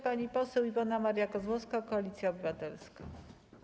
Pani poseł Iwona Maria Kozłowska, Koalicja Obywatelska.